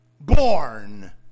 born